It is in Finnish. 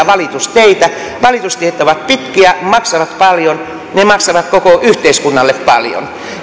valitusteitä valitustiet ovat pitkiä maksavat paljon ne maksavat koko yhteiskunnalle paljon